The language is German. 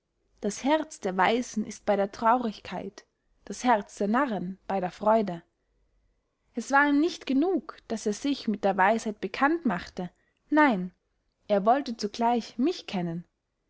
das herz der weisen ist bey der traurigkeit das herz der narren bey der freude es war ihm nicht genug daß er sich mit der weisheit bekannt machte nein er wollte zugleich mich kennen